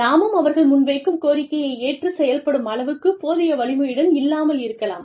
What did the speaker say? நாமும் அவர்கள் முன் வைக்கும் கோரிக்கையை ஏற்று செயல்படும் அளவுக்கு போதிய வலிமையுடன் இல்லாமல் இருக்கலாம்